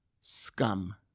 scum